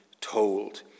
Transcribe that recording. told